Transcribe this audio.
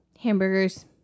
Hamburgers